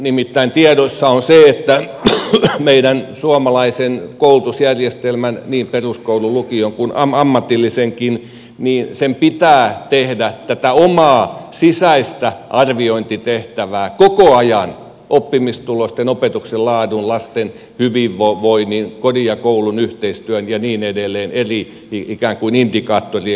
nimittäin tiedossa on se että meidän suomalaisen koulutusjärjestelmän niin peruskoulun lukion kuin ammatillisenkin pitää tehdä tätä omaa sisäistä arviointitehtäväänsä koko ajan oppimistulosten opetuksen laadun lasten hyvinvoinnin kodin ja koulun yhteistyön ja niin edelleen ikään kuin eri indikaattorien kohdalta